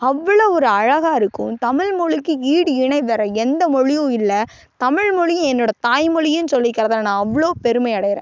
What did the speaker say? அவ்வளோ ஒரு அழகாக இருக்கும் தமிழ்மொழிக்கு ஈடு இணை வேற எந்த மொழியும் இல்லை தமிழ்மொழி என்னோடய தாய்மொழியினு சொல்லிக்கிறதில் நான் அவ்வளோ பெருமை அடைகிறேன்